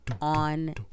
On